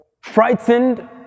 Frightened